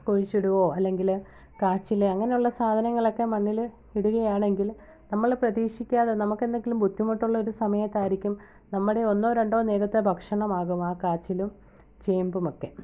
കുഴിച്ചിടുവോ അല്ലെങ്കില് കാച്ചില് അങ്ങനെ ഉള്ള സാധനങ്ങളൊക്കെ മണ്ണില് ഇടുകയാണെങ്കിൽ നമ്മള് പ്രതീക്ഷിക്കാതെ നമുക്ക് എന്തെങ്കിലും ബുദ്ധിമുട്ടുള്ളൊരു സമയത്തായിരിക്കും നമ്മുടെ ഒന്നോ രണ്ടോ നേരത്തെ ഭക്ഷണമാകും ആ കാച്ചിലും ചേമ്പുമൊക്കെ